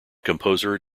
composer